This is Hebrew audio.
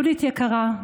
יהודית יקרה,